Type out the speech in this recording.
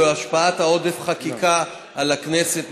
והשפעת עודף החקיקה על הכנסת,